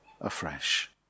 afresh